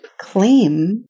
claim